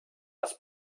das